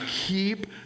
keep